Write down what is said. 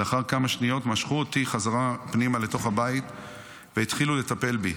לאחר כמה שניות משכו אותי בחזרה פנימה לתוך הבית והתחילו לטפל בי.